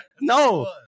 No